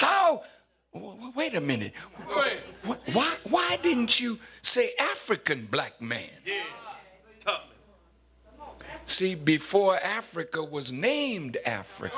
how well wait a minute why why didn't you say african black man see before africa was named africa